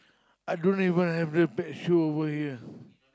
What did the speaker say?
I don't even have the pet show over here